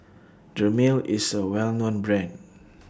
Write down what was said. Dermale IS A Well known Brand